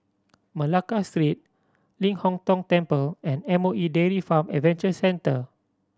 Malacca Street Ling Hong Tong Temple and M O E Dairy Farm Adventure Centre